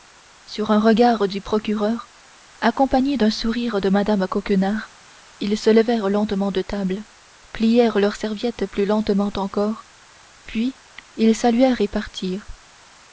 sur un regard du procureur accompagné d'un sourire de mme coquenard ils se levèrent lentement de table plièrent leurs serviettes plus lentement encore puis ils saluèrent et